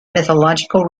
mythological